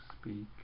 speak